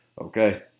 Okay